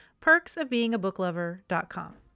PerksofBeingABookLover.com